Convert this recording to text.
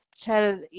tell